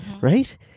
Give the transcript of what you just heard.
Right